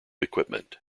equipment